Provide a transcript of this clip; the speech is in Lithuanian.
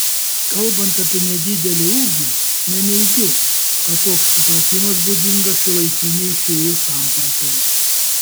kalbant apie nedidelį ūgį neneigiu kad toks supratimas būdingas šiuolaikinei fėjų sampratai